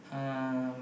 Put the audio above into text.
um